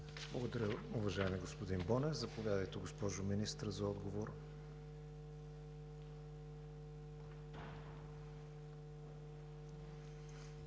Благодаря, уважаеми господин Иванов. Заповядайте, госпожо Министър, за отговор